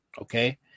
Okay